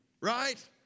Right